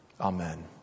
Amen